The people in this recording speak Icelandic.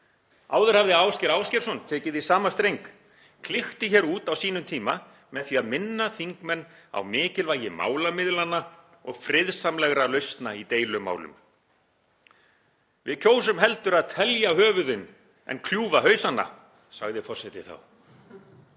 Áður hafði Ásgeir Ásgeirsson tekið í sama streng, klykkti hér út á sínum tíma með því að minna þingmenn á mikilvægi málamiðlana og friðsamlegra lausna í deilumálum. „Við kjósum heldur að telja höfuðin en kljúfa hausana,“ sagði forseti þá.